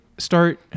Start